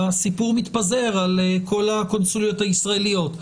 הסיפור מתפזר על כל הקונסוליות הישראליות.